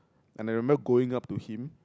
and I remember going up to him